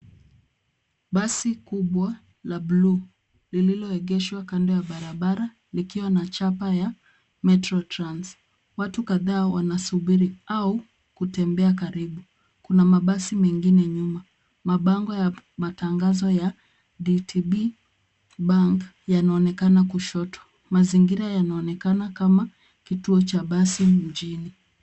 Basi kubwa la buluu lililoegeshwa kando ya barabara likiwa na chapa ya Metro Trans. Watu kadhaa wanasubiri au kutembea karibu. Kuna mabasi mengine nyuma. Mabango ya matangazo ya DTB Bank yanaonekana kushoto. Mazingira yanaonekana kama kituo cha mabasi mjini.